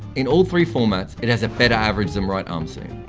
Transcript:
in all three formats, it has a better average than right arm seam,